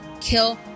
kill